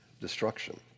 destruction